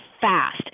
fast